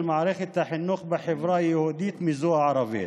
של מערכת החינוך בחברה היהודית לזו הערבית.